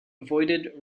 avoided